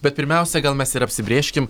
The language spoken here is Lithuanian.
bet pirmiausia gal mes ir apsibrėžkim